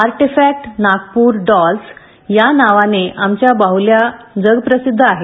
artefact Nagpur dolls या नावाने आमच्या बाहल्या जग प्रसिद्ध आहेत